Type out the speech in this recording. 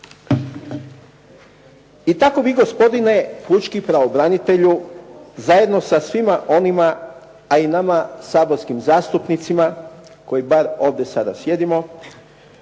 I tako vi gospodine pučki pravobranitelju zajedno sa svima onima, a i nama saborskim zastupnicima koji bar ovdje sada sjedimo,